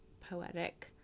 poetic